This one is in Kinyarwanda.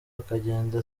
akagenda